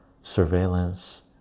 surveillance